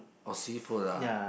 oh seafood ah